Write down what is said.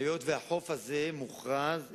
היות שהחוף הזה מוכרז,